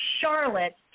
Charlotte